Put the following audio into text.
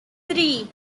three